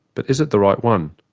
but is it the right one,